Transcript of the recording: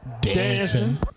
dancing